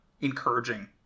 encouraging